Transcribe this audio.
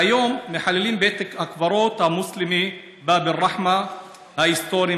והיום מחללים את בית הקברות המוסלמי באב אל-רחמה ההיסטורי,